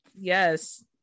Yes